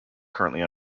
currently